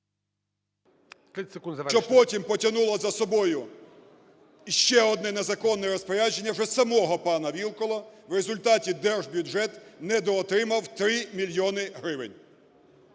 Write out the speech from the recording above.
Що потім потягнуло за собою ще одне незаконне розпорядження вже самого пана Вілкула. В результаті держбюджет недоотримав 3 мільйони гривень.